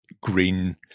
green